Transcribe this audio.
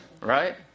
right